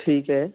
ਠੀਕ ਹੈ